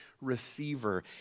receiver